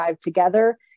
together